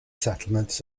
settlements